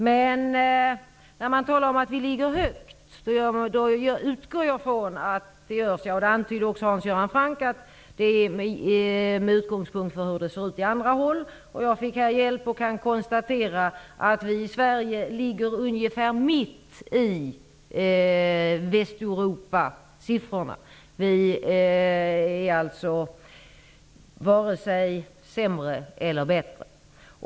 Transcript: Men när man talar om att vi ligger högt utgår jag ifrån att det är i förhållande till hur det ser ut på andra håll -- det antydde ju också Hans Göran Franck. Jag kan konstatera att vi i Sverige ligger ungefär i mitten av Västeuropasiffrorna; vi är alltså varken sämre eller bättre.